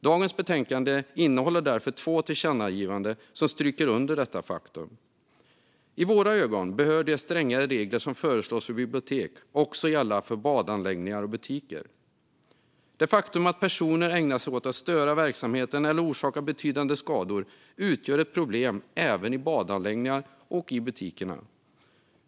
Dagens betänkande innehåller därför förslag till två tillkännagivanden som understryker detta faktum. I våra ögon bör de strängare regler som föreslås för bibliotek gälla också för badanläggningar och butiker. Det faktum att personer ägnar sig åt att störa verksamheten eller orsakar betydande skador utgör ett problem även i badanläggningar och i butiker.